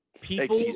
People